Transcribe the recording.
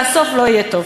והסוף לא יהיה טוב.